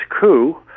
coup